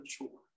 mature